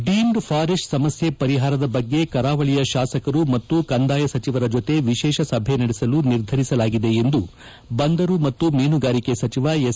deemed forest ಸಮಸ್ಯೆ ಪರಿಹಾರದ ಬಗ್ಗೆ ಕರಾವಳಿಯ ಶಾಸಕರು ಮತ್ತು ಕಂದಾಯ ಸಚಿವರ ಜೊತೆ ವಿಶೇಷ ಸಭೆ ನಡೆಸಲು ನಿರ್ಧರಿಸಲಾಗಿದೆ ಎಂದು ಬಂದರು ಮತ್ತು ಮೀನುಗಾರಿಕೆ ಸಚಿವ ಎಸ್